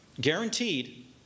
guaranteed